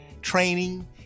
training